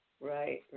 Right